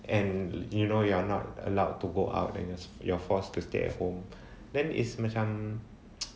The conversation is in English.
and you know you're not allowed to go out and you are you're forced to stay at home then is macam